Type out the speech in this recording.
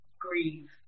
grieve